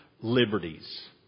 liberties